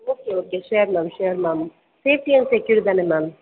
okay okay sure ma'am sure ma'am safety and secure தானே ma'am